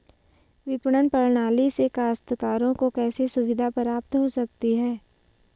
विपणन प्रणाली से काश्तकारों को कैसे सुविधा प्राप्त हो सकती है?